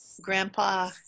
grandpa